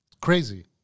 crazy